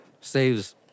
saves